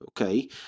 okay